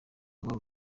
iwabo